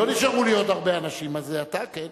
לא נשארו לי עוד הרבה אנשים, אז זה אתה, כן.